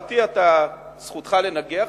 אותי זכותך לנגח,